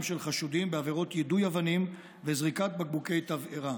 של חשודים בעבירות יידוי אבנים וזריקת בקבוקי תבערה,